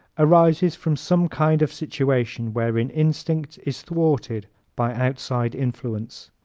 arises from some kind of situation wherein instinct is thwarted by outside influence.